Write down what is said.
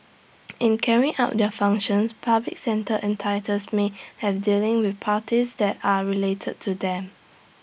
in carrying out their functions public sector entities may have dealings with parties that are related to them